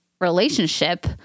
relationship